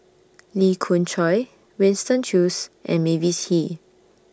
Lee Khoon Choy Winston Choos and Mavis Hee